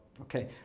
okay